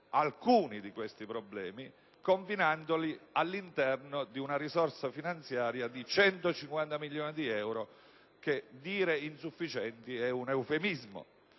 alcuni di questi problemi, confinandoli all'interno di una risorsa finanziaria di 150 milioni di euro, che definire insufficiente è un eufemismo.